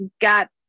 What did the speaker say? got